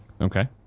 Okay